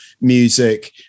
music